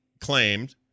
claimed